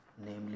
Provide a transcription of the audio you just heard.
Namely